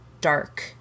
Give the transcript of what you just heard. dark